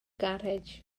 garej